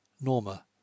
Norma